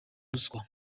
ruswa